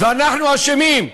ואנחנו אשמים.